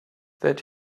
that